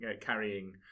carrying